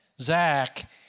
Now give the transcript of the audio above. Zach